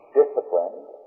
disciplined